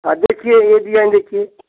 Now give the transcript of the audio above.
हाँ देखिए ये डिजाइन देखिए